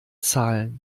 zahl